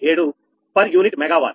0067 for unit mega war